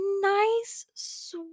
nice